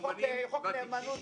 חוק נאמנות